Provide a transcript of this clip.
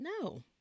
no